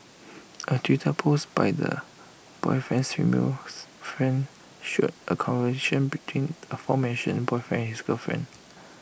A Twitter post by the boyfriend's female friend show A a conversation between aforementioned boyfriend and his girlfriend